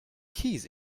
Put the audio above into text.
keys